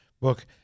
book